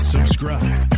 Subscribe